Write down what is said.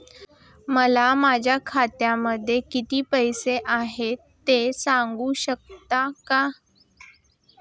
मला माझ्या खात्यामध्ये किती पैसे आहेत ते सांगू शकता का?